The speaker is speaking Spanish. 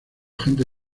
gente